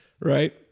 right